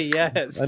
yes